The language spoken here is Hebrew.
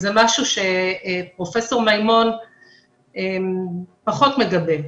זה משהו שפרופ' מימון פחות מגבה,